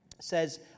says